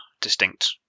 distinct